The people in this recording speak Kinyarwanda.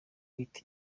wita